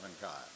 God